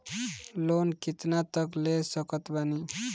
Loan कितना तक ले सकत बानी?